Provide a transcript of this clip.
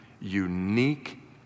unique